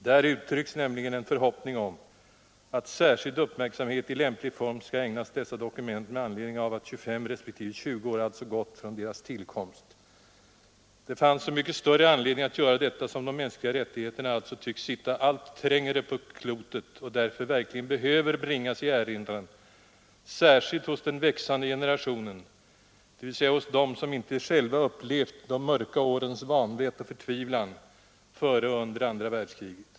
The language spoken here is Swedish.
Där uttrycks nämligen en förhoppning om att särskild uppmärksamhet i lämplig form skall ägnas dessa dokument med anledning av att 25 respektive 20 år gått sedan deras tillkomst. Det fanns så mycket större anledning att göra detta som de mänskliga rättigheterna alltså tycks sitta allt trängre på klotet och därför verkligen behöver bringas i erinran, särskilt hos den växande generationen, dvs. hos dem som inte själva upplevt de mörka årens vanvett och förtvivlan före och under andra världskriget.